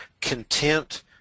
content